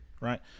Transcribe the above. right